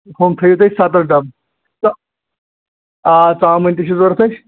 ہُم تھٲیِو تیٚلہِ سَداہ ڈَبہٕ تہٕ آ ژامَن تہِ چھِ ضوٚرَتھ اَسہِ